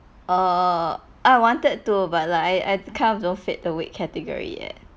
err I wanted to but like I I kind of don't fit the weight category yet